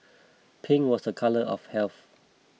pink was a colour of health